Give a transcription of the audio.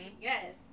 yes